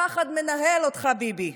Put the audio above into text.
הפחד מנהל אותך, ביבי.